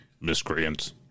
miscreants